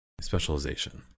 specialization